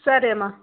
సరేమా